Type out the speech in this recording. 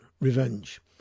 revenge